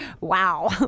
wow